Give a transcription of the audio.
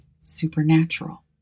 supernatural